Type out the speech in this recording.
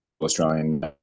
Australian